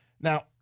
Now